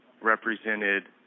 represented